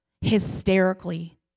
hysterically